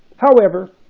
however,